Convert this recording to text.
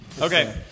Okay